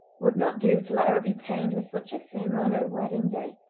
would not do to let her be pained with such a thing on her wedding day